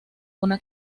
una